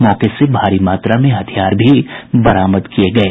मौके से भारी मात्रा में हथियार भी बरामद किये गये